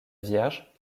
vierge